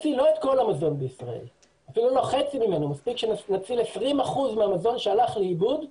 מספיק שנציל 20 אחוזים מהמזון שהלך לאיבוד,